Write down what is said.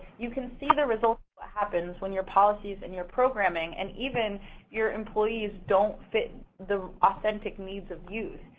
you can see the result what happens when your policies and your programming and even your employees don't fit the authentic needs of youth.